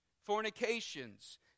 fornications